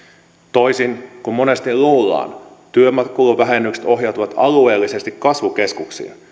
toisin kuin monesti luullaan työmatkakuluvähennykset ohjautuvat alueellisesti kasvukeskuksiin